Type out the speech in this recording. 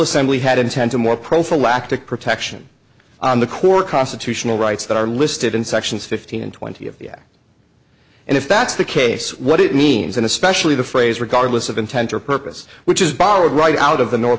assembly had intent to more prophylactic protection on the core constitutional rights that are listed in sections fifteen and twenty of the act and if that's the case what it means and especially the phrase regardless of intent or purpose which is borrowed right out of the north